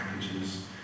packages